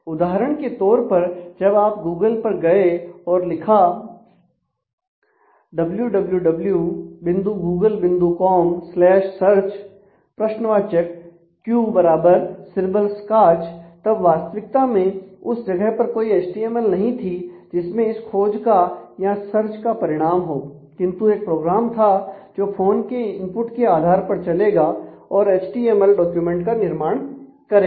उदाहरण के तौर पर जब आप गूगल पर गए और लिखा तब वास्तविकता में उस जगह पर कोई एचटीएमएल नहीं थी जिसमें इस खोज का या सर्च का परिणाम हो किंतु एक प्रोग्राम था जो फोन के इनपुट के आधार पर चलेगा और एचटीएमएल डॉक्यूमेंट का निर्माण करेगा